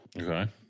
Okay